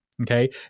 Okay